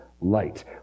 light